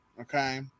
okay